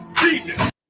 Jesus